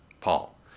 Paul